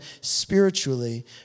spiritually